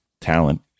talent